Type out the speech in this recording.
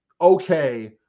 okay